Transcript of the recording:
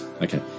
okay